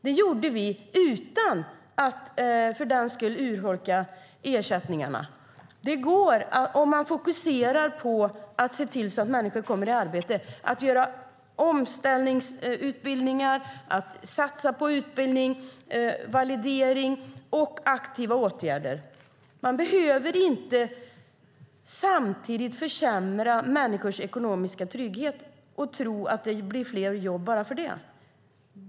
Vi gjorde det utan att för den skull urholka ersättningarna. Det går om man fokuserar på att människor ska komma i arbete, göra omställningsutbildningar och att satsa på utbildning, validering och aktiva åtgärder. Man behöver inte samtidigt försämra människors ekonomiska trygghet och tro att det blir fler jobb bara för det.